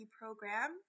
program